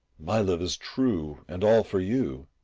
my love is true and all for you.